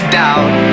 doubt